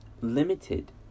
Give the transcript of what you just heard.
limited